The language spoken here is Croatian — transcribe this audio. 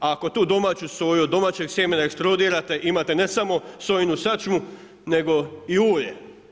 A ako tu domaću soju od domaćeg sjemena ekstrudirate, imate ne samo sojinu sačmu nego i ulje.